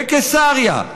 בקיסריה,